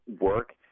work